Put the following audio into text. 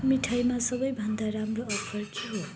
मिठाईमा सबैभन्दा राम्रो अफर के हो